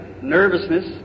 nervousness